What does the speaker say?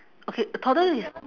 okay a toddler is